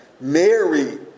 Mary